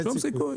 שום סיכוי.